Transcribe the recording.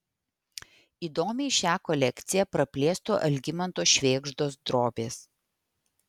įdomiai šią kolekciją praplėstų algimanto švėgždos drobės